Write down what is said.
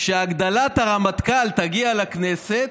"כשהגדלת הרמטכ"ל תגיע לכנסת,